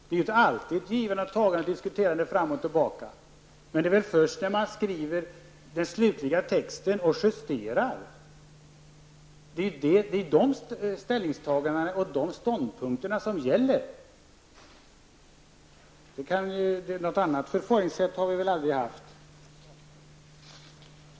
Det är alltid ett givande och tagande och diskuterande fram och tillbaka i utskottet, men det är den slutgiltiga texten efter justeringen, de slutgiltiga ställningstagandena och ståndpunkterna, som gäller. Något annat förfaringssätt har vi väl aldrig haft.